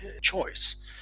choice